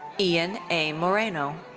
ian a. moreno.